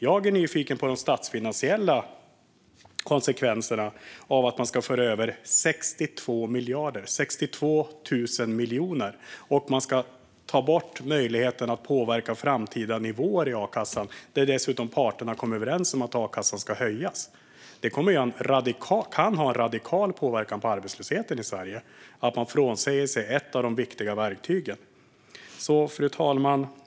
Jag är nyfiken på de statsfinansiella konsekvenserna av att föra över 62 miljarder, 62 000 miljoner, och ta bort möjligheten att påverka framtida nivåer i a-kassan. Parterna har dessutom kommit överens om att a-kassan ska höjas. Det kan få radikal påverkan på arbetslösheten i Sverige att man frånsäger sig ett av de viktiga verktygen. Fru talman!